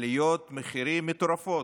עליות מחירים מטורפות".